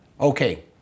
okay